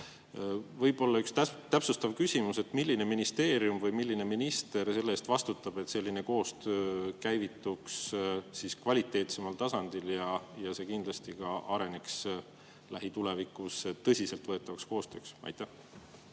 Võib-olla üks täpsustav küsimus: milline ministeerium või milline minister selle eest vastutab, et selline koostöö käivituks kvaliteetsemal tasandil ja see kindlasti ka areneks lähitulevikus tõsiseltvõetavaks koostööks? Tänan,